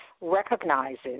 recognizes